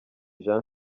jean